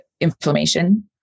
inflammation